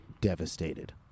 devastated